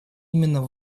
именно